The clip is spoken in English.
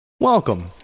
Welcome